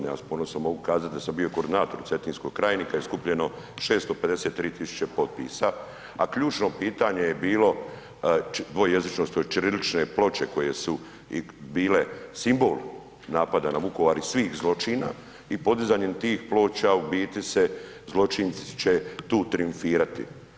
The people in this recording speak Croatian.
Ja s ponosom mogu kazati da sam bio koordinator u Cetinskoj krajini kad je skupljeno 653 tisuće potpisa, a ključno pitanje je bilo dvojezičnosti, ćirilične ploče koje su bile simbol napada na Vukovar i svih zločina i podizanjem tih ploča u bit se, zločinci će tu trijumfirati.